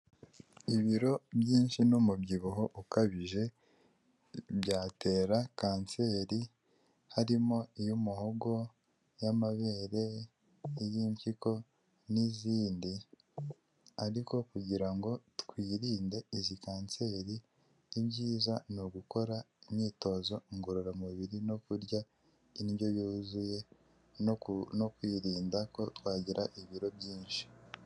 Ibiro byinshi n'umubyibuho ukabije byatera kanseri, harimo iy'umuhogo, iy'amabere, iy'impyiko n'izindi, ariko kugira ngo twirinde izi kanseri ibyiza ni ugukora imyitozo ngororamubiri no kurya indyo yuzuye no kwirinda ko twagira ibiro byinshi.